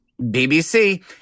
BBC